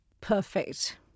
perfect